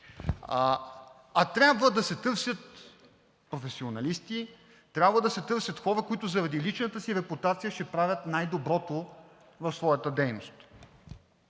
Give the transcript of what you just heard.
а трябва да се търсят професионалисти, трябва да се търсят хора, които заради личната си репутация ще правят най-доброто в своята дейност.